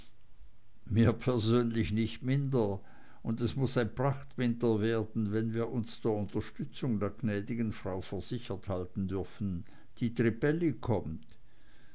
mir persönlich nicht minder und es muß ein prachtwinter werden wenn wir uns der unterstützung der gnädigen frau versichert halten dürften die trippelli kommt